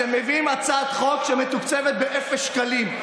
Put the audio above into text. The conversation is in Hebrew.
אתם מביאים הצעת חוק שמתוקצבת באפס שקלים.